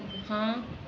ਹਾਂ